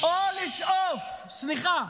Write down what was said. סליחה.